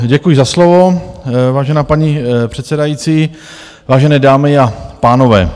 Děkuji za slovo, vážená paní předsedající, vážené dámy a pánové.